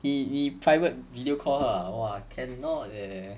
你你 private video call her ah !wah! cannot eh